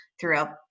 throughout